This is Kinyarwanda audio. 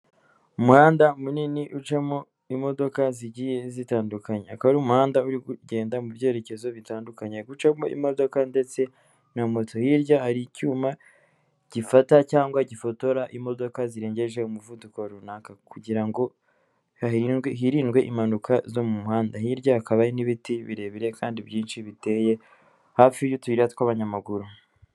Umuhanda munini ucamo imodoka zigiye zitandukanye, akaba ari umuhanda uri kugenda mu byerekezo bitandukanye, hari gucamo imodoka ndetse na moto, hirya hari icyuma gifata cyangwa gifotora imodoka zirengeje umuvuduko runaka, kugira ngo hirindwe impanuka zo mu muhanda. Hirya hakaba n'ibiti birebire kandi byinshi biteye hafi y'utuyira tw'abanyamaguru.